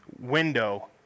window